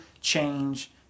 change